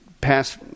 pass